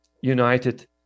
united